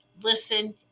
listen